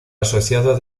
asociado